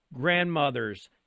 grandmothers